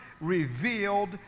revealed